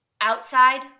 outside